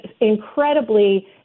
incredibly